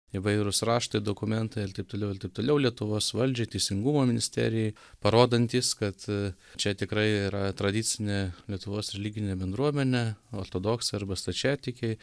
įvairūs raštai dokumentai ir taip toliau ir taip toliau lietuvos valdžiai teisingumo ministerijai parodantys kad čia tikrai yra tradicinė lietuvos religinė bendruomenė ortodoksai arba stačiatikiai